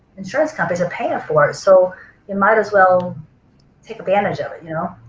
insurance companies are paying for it. so you might as well take advantage of it you know?